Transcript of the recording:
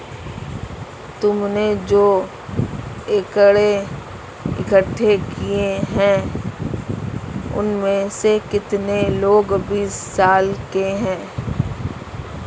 तुमने जो आकड़ें इकट्ठे किए हैं, उनमें से कितने लोग बीस साल के हैं?